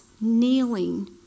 kneeling